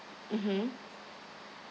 mmhmm